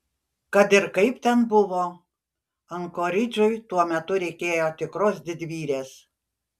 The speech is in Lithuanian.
kad ir kaip ten buvo ankoridžui tuo metu reikėjo tikros didvyrės